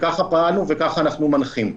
ככה פעלנו וככה אנחנו מנחים.